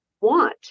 want